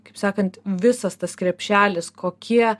kaip sakant visas tas krepšelis kokie